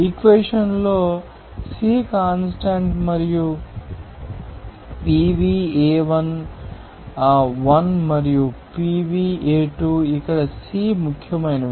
ఈ ఇక్వేషన్ లో C constant మరియు PvA1 1 మరియు PvA2 ఇక్కడ C ముఖ్యమైనది